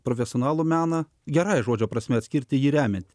profesionalų meną gerąja žodžio prasme atskirti jį remiate